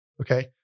Okay